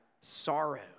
sorrow